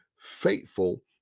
faithful